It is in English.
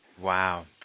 Wow